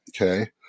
okay